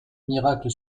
miracle